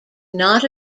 not